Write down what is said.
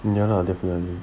ya lah definitely